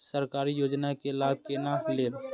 सरकारी योजना के लाभ केना लेब?